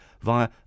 via